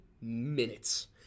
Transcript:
minutes